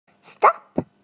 stop